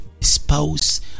spouse